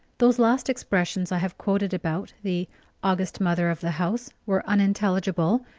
those last expressions i have quoted about the august mother of the house were unintelligible,